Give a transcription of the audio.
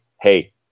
hey